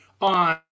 on